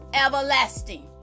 everlasting